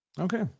Okay